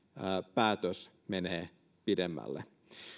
päätös menee pidemmälle